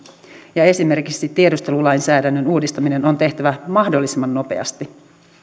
ja esimerkiksi tiedustelulainsäädännön uudistaminen on tehtävä mahdollisimman nopeasti